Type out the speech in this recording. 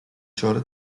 چاره